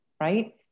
right